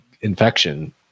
infection